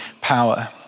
power